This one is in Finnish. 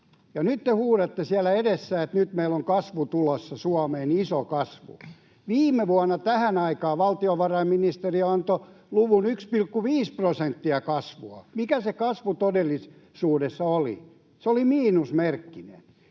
nyt te huudatte siellä edessä, että nyt meillä on kasvu tulossa Suomeen, iso kasvu. Viime vuonna tähän aikaan valtiovarainministeriö antoi luvun 1,5 prosenttia kasvua. Mikä se kasvu todellisuudessa oli? Se oli miinusmerkkinen.